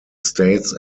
states